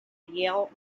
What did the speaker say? yale